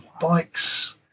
bikes